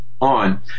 on